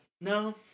No